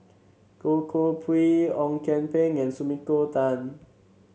Goh Koh Pui Ong Kian Peng and Sumiko Tan